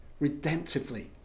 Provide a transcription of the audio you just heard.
redemptively